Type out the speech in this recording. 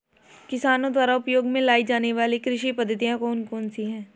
किसानों द्वारा उपयोग में लाई जाने वाली कृषि पद्धतियाँ कौन कौन सी हैं?